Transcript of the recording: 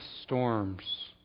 storms